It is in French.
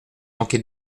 manqué